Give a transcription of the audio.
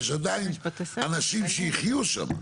יש עדיין אנשים שייחיו שם.